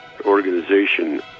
organization